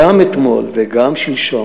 גם אתמול וגם שלשום,